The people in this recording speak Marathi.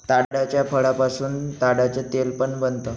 ताडाच्या फळापासून ताडाच तेल पण बनत